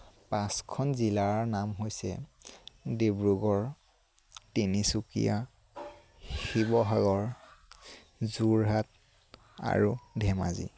পাঁচখন জিলাৰ নাম হৈছে ডিব্ৰুগড় তিনিচুকীয়া শিৱসাগৰ যোৰহাট আৰু ধেমাজি